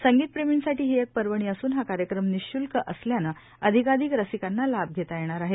संगीत प्रेमींसाठी ही एक पर्वणी असून हा कार्यक्रम निशुल्क असल्याने अधिकाधिक रसिकांना लाभ घेता येणार आहे